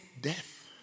death